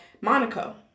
Monaco